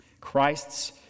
Christ's